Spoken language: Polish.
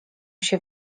się